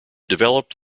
developed